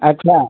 अच्छा